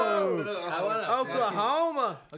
Oklahoma